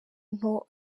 nto